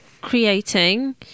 creating